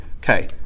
Okay